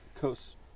coast